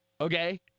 okay